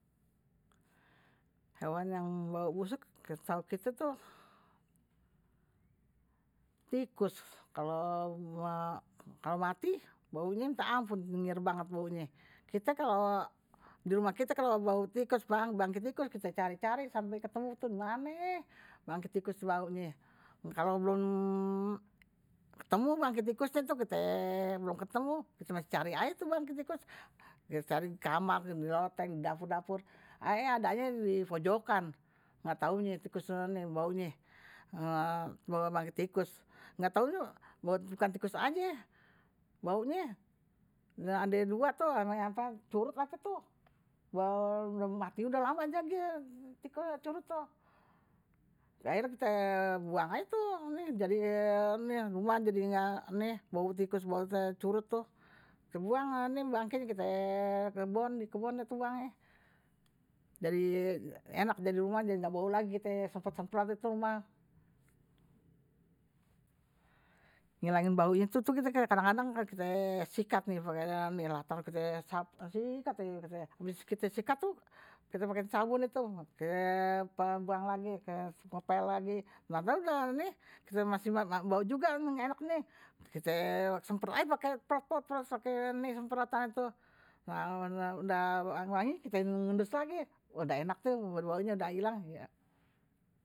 Hewan yang bawa busuk, kite tahu tu tikus. Kalau mati, baunye minta ampun, dengir banget bau ini. Di rumah kite kalau bau tikus, bangke, bangke tikus, kite cari-cari sampai ketemu, tu mana bangkit tikus tu bau ini? Kalau belum ketemu bangke tikus tu, kite belum ketemu. Kite masih cari air tu bangke tikus. Kite cari di kamar, di loteng, di dapur dapur. eh adanye di pojokan, bau banke tikus. bau bukan tikus saja, bau ini. Ada dua tu. Bawa curut apa tu? Bawa mati sudah lama saja, tikus curut tu. Akhirnya kite buang air tu. Jadi rumah ini bawa tikus, bau curut tu. Kite buang bangke, kite kebun, di kebun tu buang. Enak, jadi rumah nggak bau lagi, kite sempat-sempat tu rumah. Gila lagi bau tu, kite kadang-kadang kite sikat. Abis kite sikat, kite pakai sabun tu. Kite buang lagi, kite coba lagi. Nanti udah, kite masih bau juga, enak. Kite semprot lagi pakai propot propot, pake semprotan tu. Nah, udah bau ini, kite ngendus lagi. Udah enak tu, baunye udah hilang.